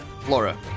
Flora